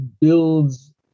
builds